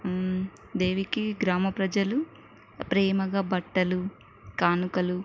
దేవికి గ్రామ ప్రజలు ప్రేమగా బట్టలు కానుకలు